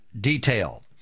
detail